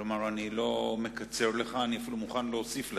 כלומר אני לא מקצר, אני אפילו מוכן להוסיף לך.